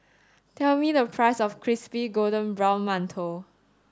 tell me the price of crispy golden brown mantou